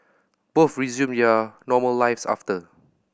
both resumed their normal lives after